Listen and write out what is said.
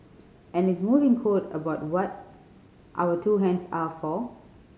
and his moving quote about what our two hands are for